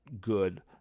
good